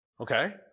Okay